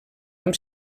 amb